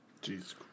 Jesus